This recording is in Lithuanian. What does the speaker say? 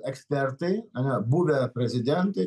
ekspertai buvę prezidentai